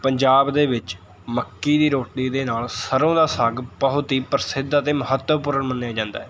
ਪੰਜਾਬ ਦੇ ਵਿੱਚ ਮੱਕੀ ਦੀ ਰੋਟੀ ਦੇ ਨਾਲ਼ ਸਰ੍ਹੋਂ ਦਾ ਸਾਗ ਬਹੁਤ ਹੀ ਪ੍ਰਸਿੱਧ ਅਤੇ ਮਹੱਤਵਪੂਰਨ ਮੰਨਿਆ ਜਾਂਦਾ ਹੈ